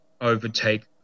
overtake